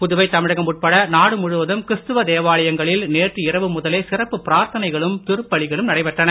புதுவை தமிழகம் உட்பட நாடு முழுவதும் கிறிஸ்துவ தேவாலயங்களில் நேற்று இரவு முதலே சிறப்பு பிராத்தனைகளும் திருப்பலிகளும் நடைபெற்றன